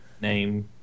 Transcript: name